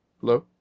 Hello